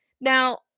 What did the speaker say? now